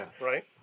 Right